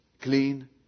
clean